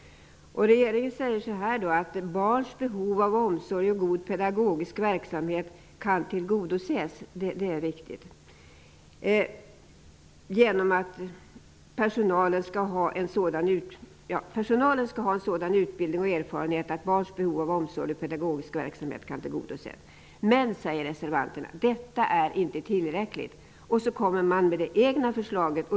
Regeringen säger att ''barns behov av omsorg och god pedagogisk verksamhet kan tillgodoses''. Det är riktigt. Personalen skall ''ha en sådan utbildning eller erfarenhet att barns behov av omsorg och god pedagogisk verksamhet kan tillgodoses''. Men, säger reservanterna, detta är inte tillräckligt. Sedan kommer man med det egna förslaget.